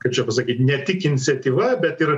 kaip čia pasakyt ne tik iniciatyva bet ir